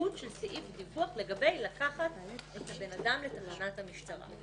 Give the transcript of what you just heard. המהות של סעיף הדיווח לגבי לקיחת הבן אדם לתחנת המשטרה.